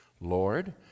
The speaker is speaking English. Lord